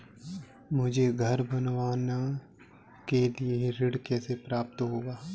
मुझे घर बनवाने के लिए ऋण कैसे प्राप्त होगा?